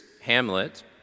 Hamlet